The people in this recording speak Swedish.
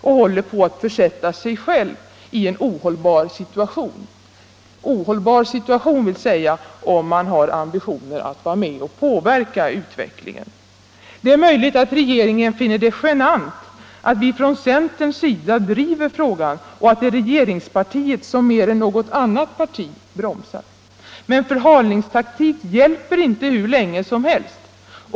Man håller på att försätta sig själv i en ohållbar situation —- ohållbar om man har ambitioner att vara med och påverka utvecklingen. Det är möjligt att regeringen finner det genant att vi från centern driver frågan och att det är regeringspartiet som mer än något annat parti bromsat, men förhalningstaktik hjälper inte hur länge som helst.